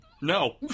No